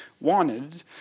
wanted